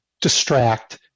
distract